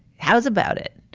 how's about it?